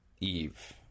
Eve